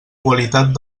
qualitat